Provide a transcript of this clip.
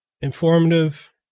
informative